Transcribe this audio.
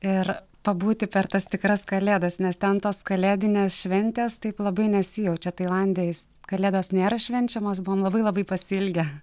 ir pabūti per tas tikras kalėdas nes ten tos kalėdinės šventės taip labai nesijaučia tailande jis kalėdos nėra švenčiamos buvom labai labai pasiilgę